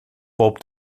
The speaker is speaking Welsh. bob